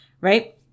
right